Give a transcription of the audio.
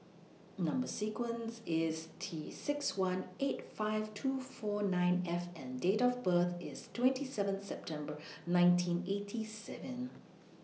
Number sequence IS T six one eight five two four nine F and Date of birth IS twenty seven September nineteen eighty seven